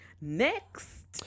Next